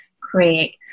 create